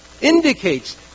indicates